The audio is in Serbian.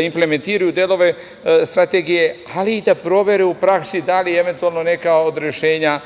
i implementiraju delove strategije, ali i da provere u praksi da li eventualno neka od rešenja